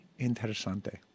interesante